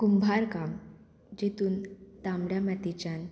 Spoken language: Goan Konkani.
कुंभार काम जितून तांबड्या मातेच्यान